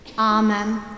Amen